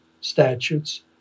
statutes